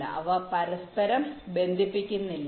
നിങ്ങൾ അവ പരസ്പരം ബന്ധിപ്പിക്കുന്നില്ല